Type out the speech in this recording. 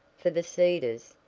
for the cedars,